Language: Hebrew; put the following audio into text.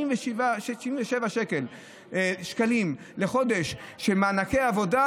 67 שקלים לחודש של מענקי עבודה,